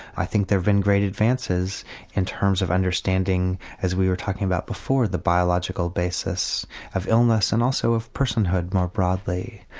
i think there have been great advances in terms of understanding as we were talking about before, the biological basis of illness and also of personhood more broadly.